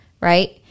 Right